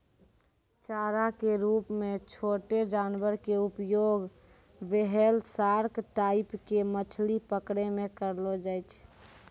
चारा के रूप मॅ छोटो जानवर के उपयोग व्हेल, सार्क टाइप के मछली पकड़ै मॅ करलो जाय छै